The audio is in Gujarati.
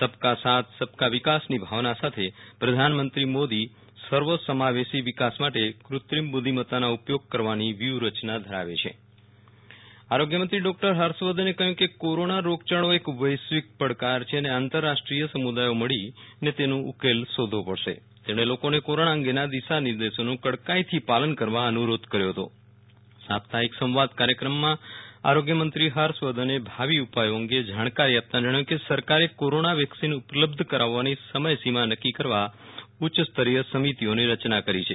સબકા સાથ સબકા વિકાસની ભાવના સાથે પ્રધાનમંત્રી મોદી સર્વસમાવેશી વિકાસ માટે કૃત્રિમ બુ ઘ્ઘિમત્તાના ઉપયોગ કરવાની વ્યુ હરચના ધરાવે છે વિરલ રાણા આરોગ્યમંત્ર હર્ષવર્ધન આરોગ્ય મંત્રી ડોકટર હર્ષવર્ધને કહયું કે કોરોના રોગયાળો એક વૈશ્વિક પડકાર છે અને આંતરરાષ્ટ્રીય સમુદાયો મળીનેતેનું સમાધાન શોધવુ પડશે તેમણે લોકોને કોરોના અંગેના દિશા નિર્દેશોનું કડકાઇથી પાલન કરવા અનુ રોધ કર્યો સાપ્તાહિક સંવાદ કાર્યક્રમમાં હર્ષવર્ધને ભાવી ઉપાયો અંગે જાણકારી આપતાં જણાવ્યું કે સરકારે કોરોના વેકસીન ઉપલબ્ધ કરવાની સમયસીમા નકકી કરવા ઉચ્યસ્તરીય સમિતિઓની રચના કરી છે